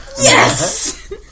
Yes